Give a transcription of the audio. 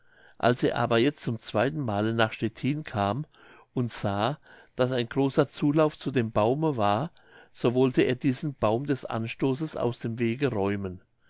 als er aber jetzt zum zweiten male nach stettin kam und sah daß ein großer zulauf zu dem baume war so wollte er diesen baum des anstoßes aus dem wege räumen